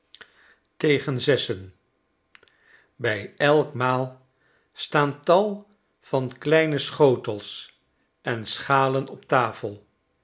tegen zessen bij elk maal staan tal van kleine schotels en schalen op tafel